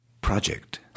project